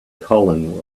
colin